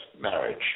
marriage